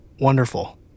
Wonderful